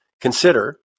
Consider